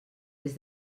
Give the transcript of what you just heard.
des